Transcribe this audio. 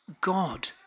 God